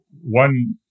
one